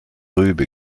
rübe